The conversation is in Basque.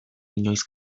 inoiz